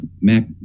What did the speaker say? Mac